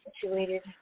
situated